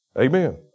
Amen